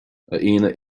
aíonna